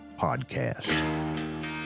podcast